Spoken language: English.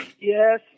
yes